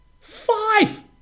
Five